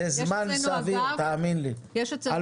תאמיני לי, זה זמן סביר.